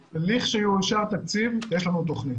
לכשיאושר תקציב יש לנו תוכנית.